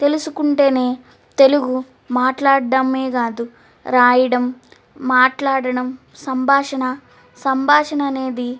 తెలుసుకుంటేనే తెలుగు మాట్లాడ్డమే కాదు రాయడం మాట్లాడడం సంభాషణ సంభాషణ అనేది